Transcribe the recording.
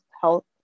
health